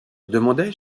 demandai